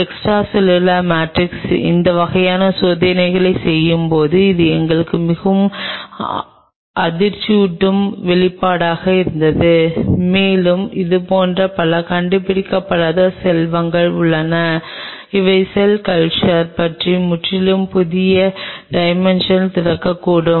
extra cellular matrix இந்த வகையான சோதனைகளைச் செய்யும்போது இது எங்களுக்கு மிகவும் அதிர்ச்சியூட்டும் வெளிப்பாடாக இருந்தது மேலும் இதுபோன்ற பல கண்டுபிடிக்கப்படாத செல்வங்கள் உள்ளன அவை செல் கல்ச்சர் பற்றி முற்றிலும் புதிய டைமென்ஷன் திறக்கக்கூடும்